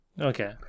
Okay